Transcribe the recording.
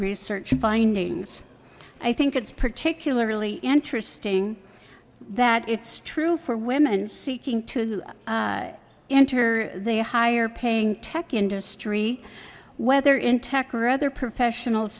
research findings i think it's particularly interesting that it's true for women seeking to enter the higher paying tech industry whether in tech or other professional